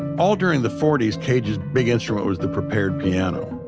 all during the forty s cage's big instrument was the prepared piano,